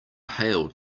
hailed